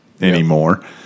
anymore